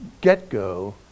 get-go